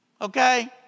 okay